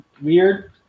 weird